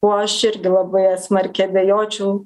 kuo aš irgi labai smarkiai abejočiau